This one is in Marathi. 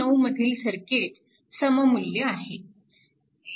9 मधील सर्किट सममुल्य आहे